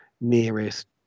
nearest